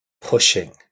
pushing